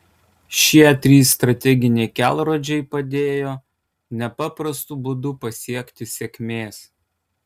šie trys strateginiai kelrodžiai padėjo nepaprastu būdu pasiekti sėkmės